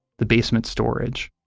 the basement storage,